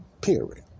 period